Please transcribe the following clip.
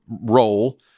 role